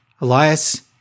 Elias